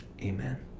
amen